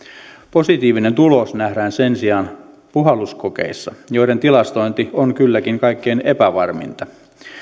positiivinen tulos nähdään sen sijaan puhalluskokeissa joiden tilastointi on kylläkin kaikkein epävarminta